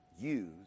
use